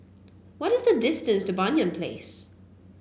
what is the distance to Banyan Place